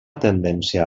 tendència